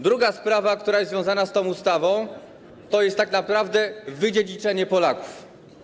Druga sprawa, która jest związana z tą ustawą, to jest tak naprawdę wydziedziczenie Polaków.